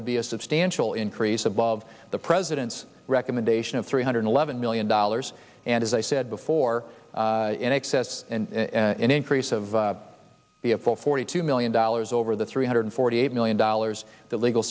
would be a substantial increase above the president's recommendation of three hundred eleven million dollars and as i said before in excess in increase of the a full forty two million dollars over the three hundred forty eight million dollars that legal